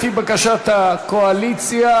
לפי בקשת הקואליציה,